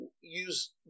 use